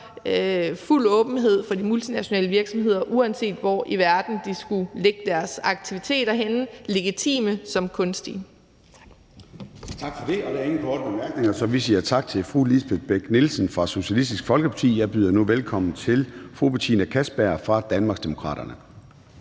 fuld åbenhed fra de multinationale virksomheder, uanset hvorhenne i verden de skulle lægge deres aktiviteter, legitime som kunstige. Kl. 10:28 Formanden (Søren Gade): Der er ingen korte bemærkninger, så vi siger tak til fru Lisbeth Bech-Nielsen og Socialistisk Folkeparti. Jeg byder nu velkommen til fru Betina Kastbjerg fra Danmarksdemokraterne.